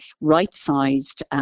right-sized